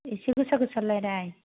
एसे गोसा गोसा लायराय